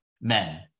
men